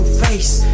face